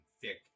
thick